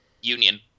Union